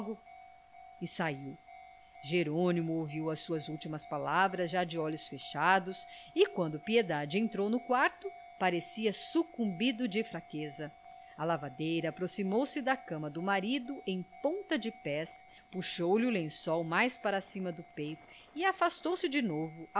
e saiu jerônimo ouviu as suas ultimas palavras já de olhos fechados e quando piedade entrou no quarto parecia sucumbido de fraqueza a lavadeira aproximou-se da cama do marido em ponta de pés puxou lhe o lençol mais para cima do peito e afastou-se de novo